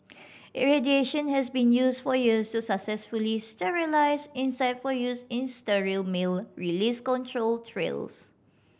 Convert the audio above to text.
irradiation has been used for years to successfully sterilise insect for use in sterile male release control trials